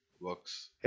works